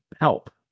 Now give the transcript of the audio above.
help